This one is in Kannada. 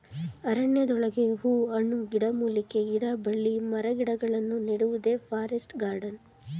ಅರಣ್ಯದೊಳಗೆ ಹೂ ಹಣ್ಣು, ಗಿಡಮೂಲಿಕೆ, ಗಿಡಬಳ್ಳಿ ಮರಗಿಡಗಳನ್ನು ನೆಡುವುದೇ ಫಾರೆಸ್ಟ್ ಗಾರ್ಡನ್